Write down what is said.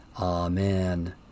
Amen